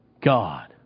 God